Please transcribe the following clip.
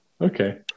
Okay